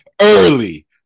early